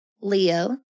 Leo